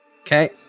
Okay